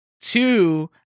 Two